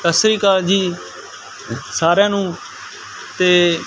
ਸਤਿ ਸ਼੍ਰੀ ਅਕਾਲ ਜੀ ਸਾਰਿਆਂ ਨੂੰ ਅਤੇ